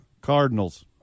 Cardinals